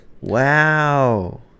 Wow